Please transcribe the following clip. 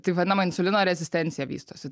tai vadinama insulino rezistencija vystosi